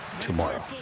Tomorrow